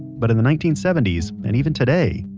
but in the nineteen seventy s, and even today,